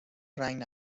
رنگ